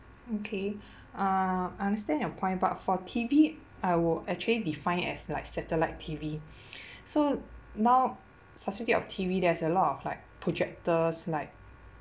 okay uh I understand your point but for T_V I will actually define it as like satellite T_V so now substitute of T_V there's a lot of like projectors like